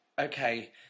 Okay